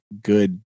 good